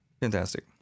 Fantastic